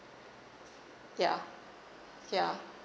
ya ya